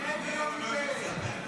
מיניה ומקצתיה.